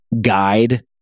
guide